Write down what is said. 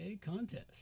contest